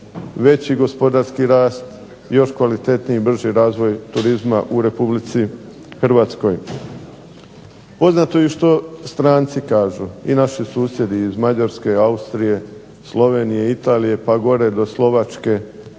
veći gospodarski rast, još kvalitetniji i brži razvoj turizma u Republici Hrvatskoj. Poznato je i što stranci kažu, i naši susjedi iz Mađarske, Austrije, Slovenije, Italije, pa gore do Slovačke,